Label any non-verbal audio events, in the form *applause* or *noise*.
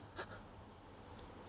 *laughs*